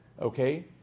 okay